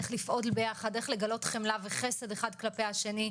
איך לגלות חמלה וחסד אחד כלפי השני.